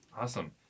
Awesome